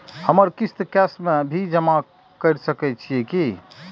हमर किस्त कैश में भी जमा कैर सकै छीयै की?